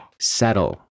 settle